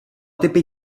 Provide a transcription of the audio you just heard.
typy